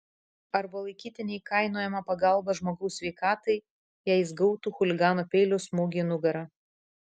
arba laikyti neįkainojama pagalba žmogaus sveikatai jei jis gautų chuligano peilio smūgį į nugarą